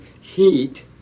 heat